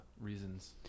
reasons